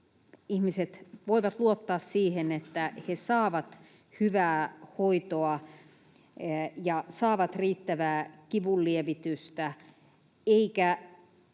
ihmiset voivat luottaa siihen, että he saavat hyvää hoitoa ja saavat riittävää kivunlievitystä, eikä